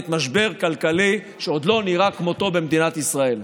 בעת משבר כלכלי שעוד לא נראה כמותו במדינת ישראל.